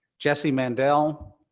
jessie mandel,